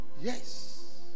Yes